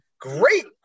Great